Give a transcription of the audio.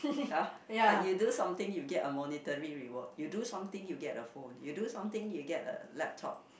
ya like you do something you get a monetary reward you do something you get a phone you do something you get a laptop